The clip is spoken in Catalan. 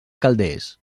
calders